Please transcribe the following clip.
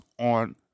on